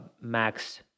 max